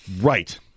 right